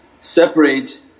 separate